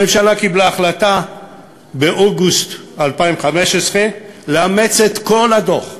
הממשלה קיבלה החלטה באוגוסט ב-2015 לאמץ את כל הדוח,